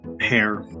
hair